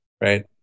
right